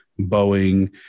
Boeing